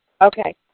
Okay